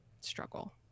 struggle